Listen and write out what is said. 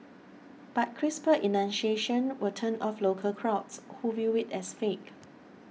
but crisper enunciation will turn off local crowds who view it as fake